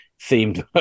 themed